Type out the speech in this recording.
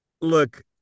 Look